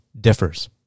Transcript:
differs